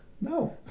No